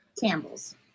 Campbell's